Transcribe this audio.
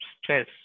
stress